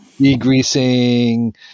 Degreasing